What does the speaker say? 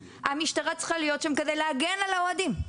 המשטרה צריכה להיות שם כדי להגן על האוהדים,